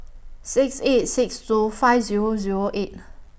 six eight six two five Zero Zero eight